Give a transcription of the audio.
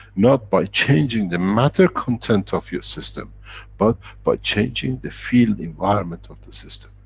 not by changing the matter content of your system but by changing the field environment of the system.